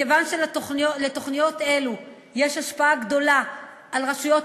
מכיוון שלתוכניות אלו יש השפעה גדולה על רשויות